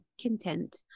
content